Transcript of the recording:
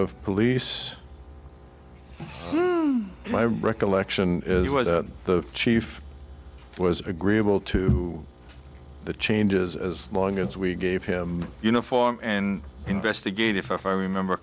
of police my recollection is was that the chief was agreeable to the changes as long as we gave him uniform and investigate if i remember